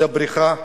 זו בריחה ממנהיגות.